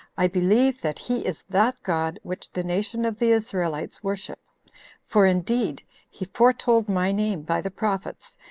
i believe that he is that god which the nation of the israelites worship for indeed he foretold my name by the prophets,